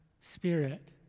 spirit